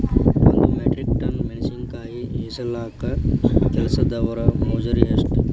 ಒಂದ್ metric ton ಮೆಣಸಿನಕಾಯಿ ಇಳಸಾಕ್ ಕೆಲಸ್ದವರ ಮಜೂರಿ ಎಷ್ಟ?